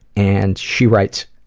and she writes,